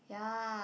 ya